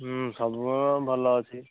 ସବୁ ଭଲ ଅଛି